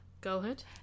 Girlhood